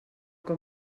que